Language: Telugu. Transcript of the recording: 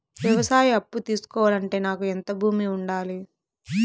వ్యవసాయ అప్పు తీసుకోవాలంటే నాకు ఎంత భూమి ఉండాలి?